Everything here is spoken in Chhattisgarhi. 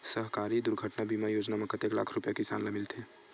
सहकारी दुर्घटना बीमा योजना म कतेक लाख रुपिया किसान ल मिलथे?